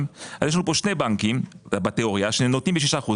אז יש לנו פה שני בנקים בתיאוריה שנותנים ב-6%,